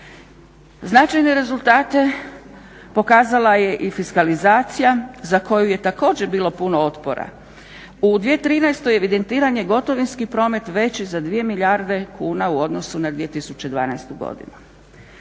Značajne rezultate pokazala je i fiskalizacija za koju je također bilo puno otpora. U 2013. evidentiran je gotovinski promet veći za 2 milijarde kuna u odnosu na 2012. godinu.